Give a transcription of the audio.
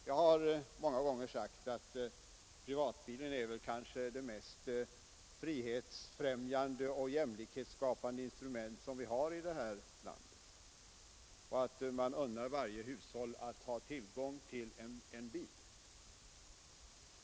Jag har många gånger sagt att privatbilen är det kanske mest frihetsfrämjande och jämlikhetsskapande instrument vi har och att man unnar varje hushåll att ha tillgång till en bil.